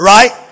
Right